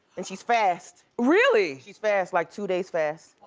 and she's fast. really? she's fast, like, two days fast.